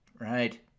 Right